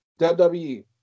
WWE